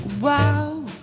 Wow